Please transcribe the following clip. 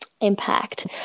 impact